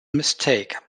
mistake